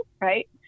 right